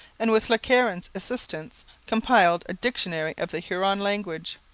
and with le caron's assistance compiled a dictionary of the huron language.